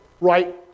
right